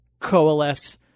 Coalesce